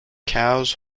cows